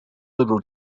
liberal